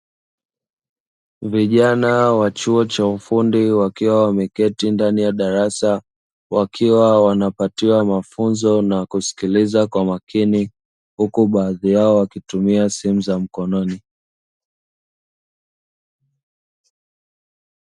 Vijana wa chuo cha ufundi wakiwa wameketi ndani ya darasa, wakiwa wanapatiwa mafunzo na kusikiliza kwa makini, huku baadhi yao wakitumia simu zao za mkononi.